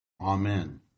Amen